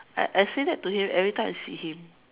I I say that to him every time I see him